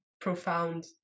profound